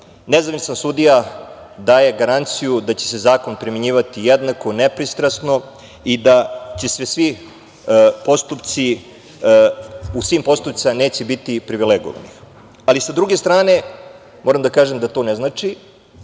Nezavisan sudija daje garanciju da će se zakon primenjivati jednako, nepristrasno i da u svim postupcima neće biti privilegovanih. Sa druge strane moram da kažem da to ne znači,